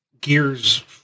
Gears